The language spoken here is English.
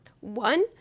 One